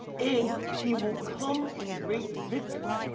and he will come in great victory.